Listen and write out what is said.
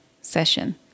session